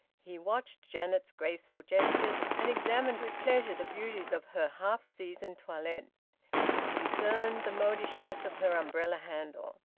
he watched janet's graceful gestures, and examined with pleasure the beauties of her half-season toilet he discerned the modishness of her umbrella handle.